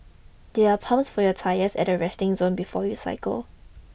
there are pumps for your tyres at the resting zone before you cycle